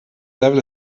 level